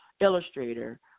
illustrator